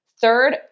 Third